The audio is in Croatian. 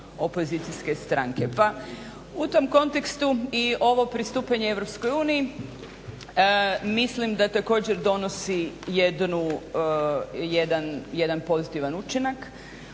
opozicijske stranke. Pa u tom kontekstu i ovo pristupanje EU mislim da također donosi jedan pozitivan učinak